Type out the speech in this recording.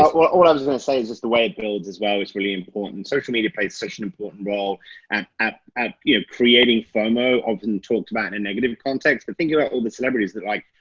what what i was gonna say is just the way it builds as well is really important. social media plays such an important role and at at yeah creating fomo often talked about in a negative context, but thinking about all the but celebrities that are like,